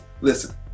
Listen